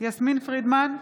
יסמין פרידמן,